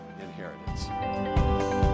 inheritance